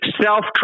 self